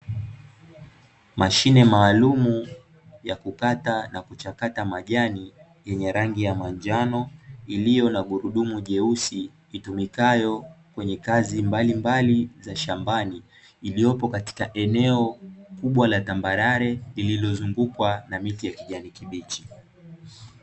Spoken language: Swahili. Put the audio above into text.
Mashine maalumu ya kukata na kuchakata majani yenye rangi ya manjano iliyo na gurudumu jeusi itumikayo kwenye kazi mbalimbali za shambani iliyopo katika eneo kubwa la tambarare lililozungukwa na miti ya kijani kibichi.